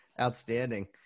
Outstanding